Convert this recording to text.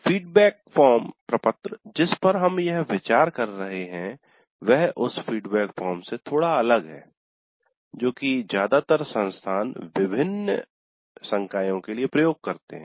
feedback form जिस पर हम यहां विचार कर रहे हैं वह उस फीडबैक फॉर्म से थोड़ा अलग है जो ज्यादातर संस्थान विभिन्न संकायों के लिए प्रयोग करते है